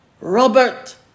Robert